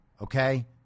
okay